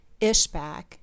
Ishbak